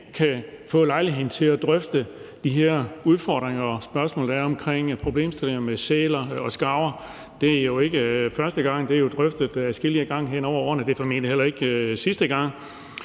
kan få lejligheden til at drøfte de her udfordringer og spørgsmål, der er i forbindelse med sæler og skarver. Det er jo ikke første gang; det er jo blevet drøftet adskillige gange hen over årene, og det er formentlig heller ikke sidste gang.